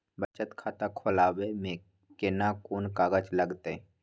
बचत खाता खोलबै में केना कोन कागज लागतै?